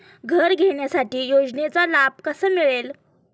घर घेण्यासाठी योजनेचा लाभ कसा मिळेल?